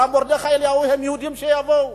הרב מרדכי אליהו: הם יהודים, שיבואו.